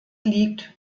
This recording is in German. liegt